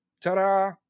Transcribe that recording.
Ta-da